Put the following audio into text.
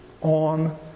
on